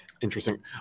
interesting